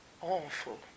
awful